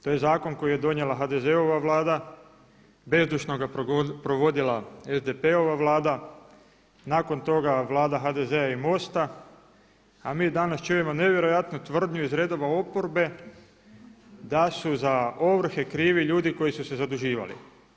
To je zakon koji je donijela HDZ-ova Vlada, bezdušno ga provodila SDP-ova, nakon toga Vlada HDZ-a i MOST-a a mi danas čujemo nevjerojatnu tvrdnju iz redova oporbe da su za ovrhe krivi ljudi koji su se zaduživali.